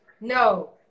No